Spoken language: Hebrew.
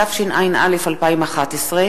התשע”א 2011,